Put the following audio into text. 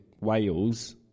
Wales